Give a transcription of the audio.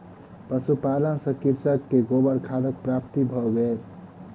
पशुपालन सॅ कृषक के गोबर खादक प्राप्ति भ गेल